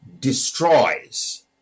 destroys